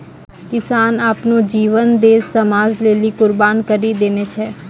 किसान आपनो जीवन देस समाज लेलि कुर्बान करि देने छै